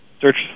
search